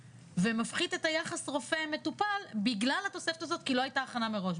ומפחית את היחס רופא-מטופל בגלל התוספת הזאת כי לא היתה הכנה מראש.